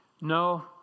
no